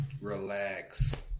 Relax